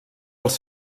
els